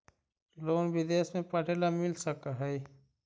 Loan विदेश में पढ़ेला मिल सक हइ?